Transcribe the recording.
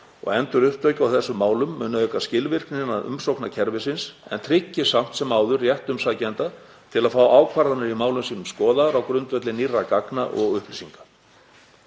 endurupptöku á þessum málum muni auka skilvirkni innan umsóknarkerfisins en tryggi samt sem áður rétt umsækjenda til að fá ákvarðanir í málum sínum skoðaðar á grundvelli nýrra gagna og upplýsinga.